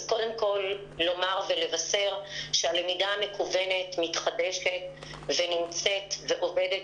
אז קודם כול לומר ולבשר שהלמידה המקוונת מתחדשת ונמצאת ועובדת.